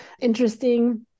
interesting